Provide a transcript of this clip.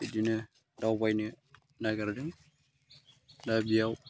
बिदिनो दावबायनो नागिरदों दा बेयाव